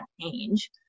change